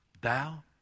Thou